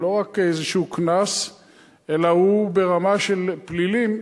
הוא לא רק איזשהו קנס אלא הוא ברמה של פלילים,